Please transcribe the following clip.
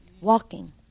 walking